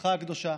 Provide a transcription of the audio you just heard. המשפחה הקדושה.